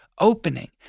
opening